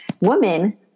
women